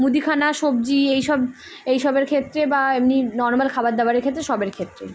মুদিখানা সবজি এইসব এইসবের ক্ষেত্রে বা এমনি নর্মাল খাবার দাবারের ক্ষেত্রে সবের ক্ষেত্রেই